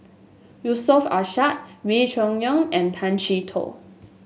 Yusof Ishak Wee Cho Yaw and Tay Chee Toh